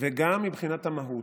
וגם מבחינת המהות,